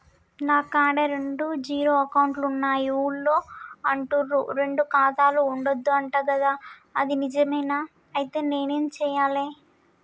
నా కాడా రెండు జీరో అకౌంట్లున్నాయి ఊళ్ళో అంటుర్రు రెండు ఖాతాలు ఉండద్దు అంట గదా ఇది నిజమేనా? ఐతే నేనేం చేయాలే?